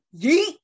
yeet